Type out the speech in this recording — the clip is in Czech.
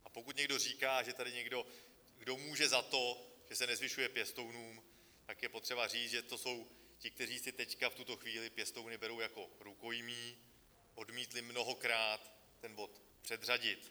A pokud někdo říká, že je tady někdo, kdo může za to, že se nezvyšuje pěstounům, tak je potřeba říct, že to jsou ti, kteří si teď v tuto chvíli pěstouny berou jako rukojmí, odmítli mnohokrát ten bod předřadit.